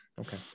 Okay